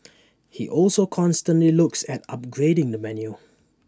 he also constantly looks at upgrading the menu